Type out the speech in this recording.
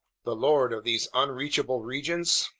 the lord of these unreachable regions?